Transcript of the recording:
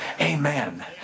Amen